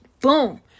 Boom